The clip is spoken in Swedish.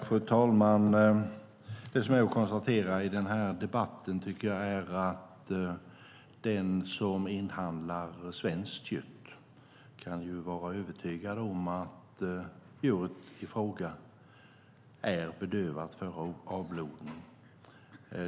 Fru talman! Det som är att konstatera i denna debatt tycker jag är att den som inhandlar svenskt kött kan vara övertygad om att djuret i fråga är bedövat före avblodning.